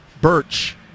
Birch